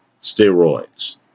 steroids